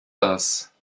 das